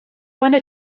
wanna